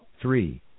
Three